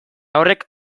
horrek